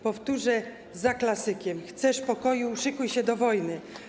Powtórzę za klasykiem: chcesz pokoju, szykuj się do wojny.